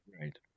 right